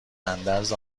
اندرز